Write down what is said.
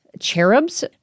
Cherubs